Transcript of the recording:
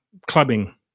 clubbing